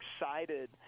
excited